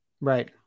right